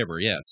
Yes